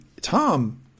Tom